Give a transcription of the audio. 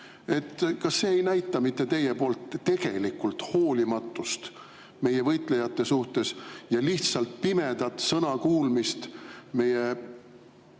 Kas see ei näita mitte teie poolt tegelikult hoolimatust meie võitlejate suhtes ja lihtsalt pimedat sõnakuulmist,